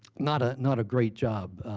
not ah not a great job.